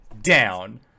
down